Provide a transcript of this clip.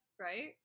right